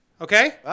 okay